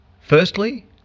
Firstly